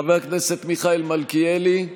חבר הכנסת מיכאל מלכיאלי,